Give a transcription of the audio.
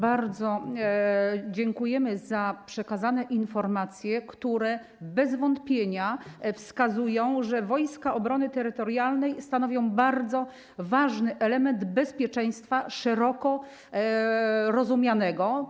Bardzo dziękujemy za przekazane informacje, które bez wątpienia wskazują, że Wojska Obrony Terytorialnej stanowią bardzo ważny element bezpieczeństwa szeroko rozumianego.